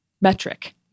metric